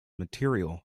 material